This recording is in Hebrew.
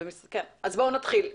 כן, אז בואו נתחיל.